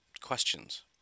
questions